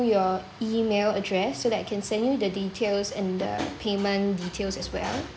your email address so that I can send you the details and the payment details as well